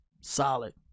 Solid